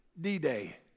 D-Day